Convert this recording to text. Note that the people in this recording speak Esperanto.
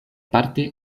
parte